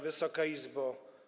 Wysoka Izbo!